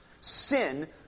Sin